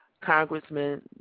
Congressman